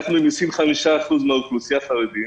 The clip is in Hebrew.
אנחנו עם 25% מן האוכלוסייה חרדים,